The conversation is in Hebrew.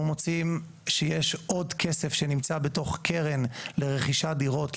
אנחנו מוצאים שיש עוד כסף שנצא בתוך קרן לרכישת דירות,